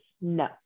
no